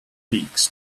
beaks